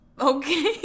Okay